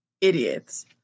idiots